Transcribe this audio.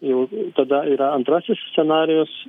jau tada yra antrasis scenarijus